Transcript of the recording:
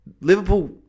Liverpool